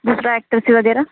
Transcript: दुसऱ्या ॲक्टर्सची वगैरे